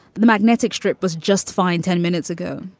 the magnetic strip was just fine ten minutes ago.